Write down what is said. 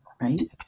right